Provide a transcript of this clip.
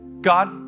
God